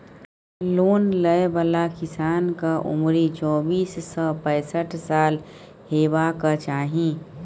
loan लय बला किसानक उमरि चौबीस सँ पैसठ साल हेबाक चाही